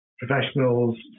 professionals